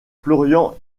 florian